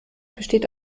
besteht